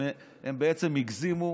הם בעצם הגזימו,